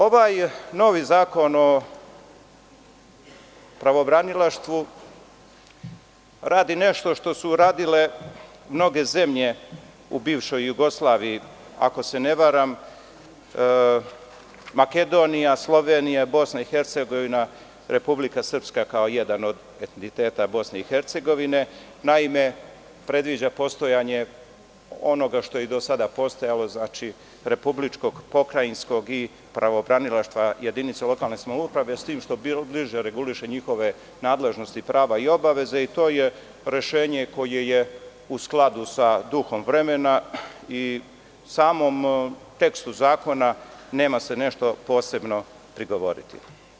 Ovaj novi Zakon o pravobranilaštvu radi nešto što su radile mnoge zemlje u bivšoj Jugoslaviji, ako se ne varam Makedonija, Slovenija, Bosna i Hercegovina, Republika Srpska kao jedan od entiteta Bosne i Hercegovine, naime predviđa postojanje onoga što je i do sada postojalo, znači – republičkog, pokrajinskog i pravobranilaštva jedinice lokalne samouprave, s tim što bliže reguliše njihove nadležnosti i obaveze i to je rešenje koje je u skladu sa duhom vremena i samom tekstu zakona nema se nešto posebno prigovoriti.